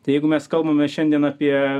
tai jeigu mes kalbame šiandien apie